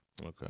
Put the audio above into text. Okay